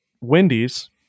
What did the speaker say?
Wendy's